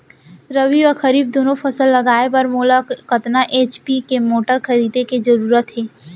रबि व खरीफ दुनो फसल लगाए बर मोला कतना एच.पी के मोटर खरीदे के जरूरत हे?